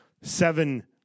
seven